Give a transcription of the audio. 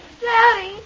Daddy